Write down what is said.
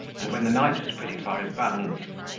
and, when the night was pretty far advanced,